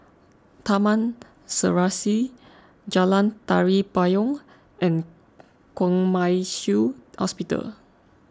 Taman Serasi Jalan Tari Payong and Kwong Wai Shiu Hospital